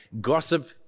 Gossip